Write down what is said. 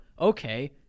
Okay